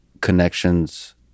connections